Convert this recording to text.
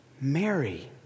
Mary